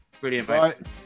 brilliant